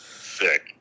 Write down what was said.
Sick